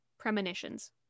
premonitions